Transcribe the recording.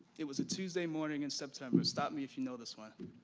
it was a tuesday morning in september. stop me if you know this one.